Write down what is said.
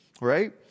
right